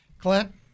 Clint